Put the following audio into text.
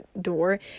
door